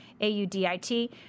A-U-D-I-T